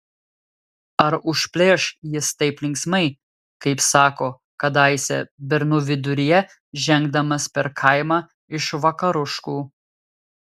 ar užplėš jis taip linksmai kaip sako kadaise bernų viduryje žengdamas per kaimą iš vakaruškų